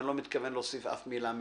ואני לא מתכוון להוסיף אף מילה מעבר.